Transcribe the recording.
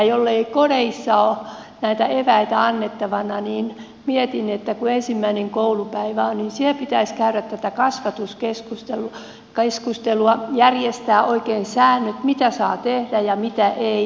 jollei kodeissa ole näitä eväitä annettavana niin mietin että kun ensimmäinen koulupäivä on niin siellä pitäisi käydä tätä kasvatuskeskustelua järjestää oikein säännöt mitä saa tehdä ja mitä ei